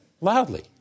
Loudly